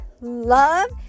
Love